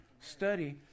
Study